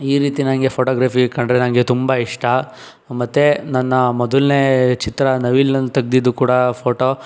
ಈ ರೀತಿ ನನಗೆ ಫೋಟೋಗ್ರಫಿ ಕಂಡರೆ ನನಗೆ ತುಂಬ ಇಷ್ಟ ಮತ್ತೆ ನನ್ನ ಮೊದಲನೆ ಚಿತ್ರ ನವಿಲು ನಲ್ ತೆಗ್ದಿದ್ದು ಕೂಡ